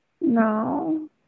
No